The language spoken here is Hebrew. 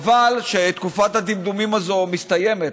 חבל שתקופת הדמדומים הזאת מסתיימת,